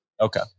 Okay